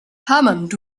hammond